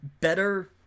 better